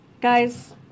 guys